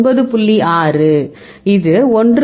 6 இது 1